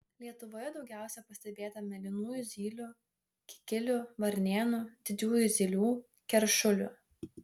lietuvoje daugiausiai pastebėta mėlynųjų zylių kikilių varnėnų didžiųjų zylių keršulių